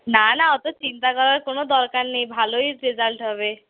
না না অত চিন্তা করার কোনো দরকার নেই ভালই রেজাল্ট হবে